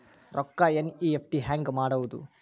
ರೊಕ್ಕ ಎನ್.ಇ.ಎಫ್.ಟಿ ಹ್ಯಾಂಗ್ ಮಾಡುವುದು?